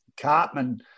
Cartman